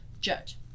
Judge